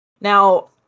Now